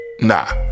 nah